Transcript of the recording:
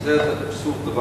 וזה אבסורד,